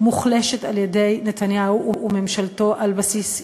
מוחלשת על-ידי נתניהו וממשלתו על בסיס יומיומי.